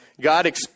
God